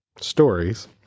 stories